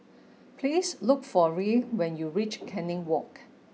please look for Irl when you reach Canning Walk